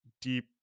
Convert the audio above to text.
deep